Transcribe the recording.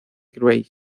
grace